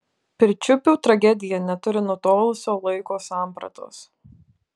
pirčiupių tragedija neturi nutolusio laiko sampratos